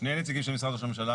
שני נציגים של משרד ראש הממשלה,